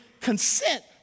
consent